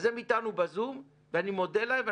אז הם איתנו בזום, ואני מודה להם.